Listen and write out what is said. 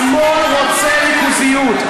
השמאל רוצה ריכוזיות.